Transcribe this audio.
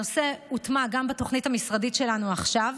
הנושא הוטמע גם בתוכנית המשרדית שלנו עכשיו,